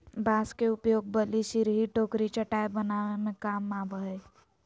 बांस के उपयोग बल्ली, सिरही, टोकरी, चटाय बनावे के काम आवय हइ